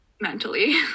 mentally